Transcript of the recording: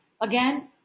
again